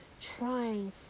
trying